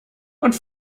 und